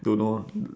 don't know ah